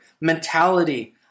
mentality